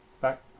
back